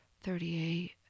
thirty-eight